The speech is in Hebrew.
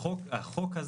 החוק הזה